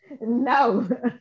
No